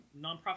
nonprofit